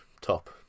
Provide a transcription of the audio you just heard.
top